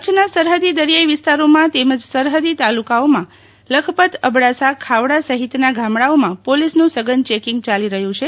કચ્છના સરફદી દરીયાઈ વિસ્તારોમાં તેમજ સરફદી તાલુકાઓમાં લખપત અબડાસા ખાવડા સફિતના ગામડાઓમાં પોલીસનું સઘન ચેકીંગ ચાલી રહ્યુ છે